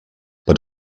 but